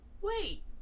Wait